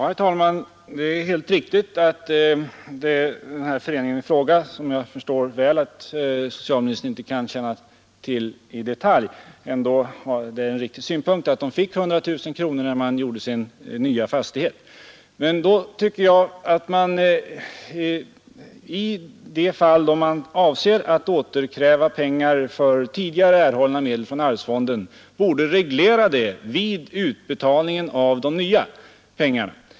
Herr talman! Det är helt riktigt att föreningen i fråga fick 100 000 kronor när den skaffade sig sin nya fastighet. Men i de fall då man avser att återkräva pengar för tidigare erhållna medel från arvsfonden tycker jag att man borde reglera detta vid utbetalningen av de nya medlen.